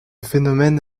phénomène